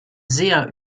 sehr